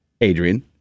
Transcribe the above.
adrian